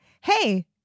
hey